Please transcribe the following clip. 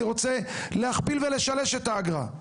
אני רוצה להכפיל ולשלש את האגרה,